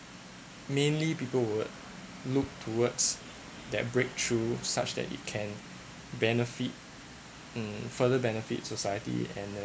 mainly people would look towards that breakthrough such that it can benefit hmm further benefit society and then